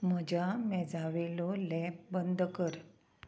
म्हज्या मेजावेलो लॅप बंद कर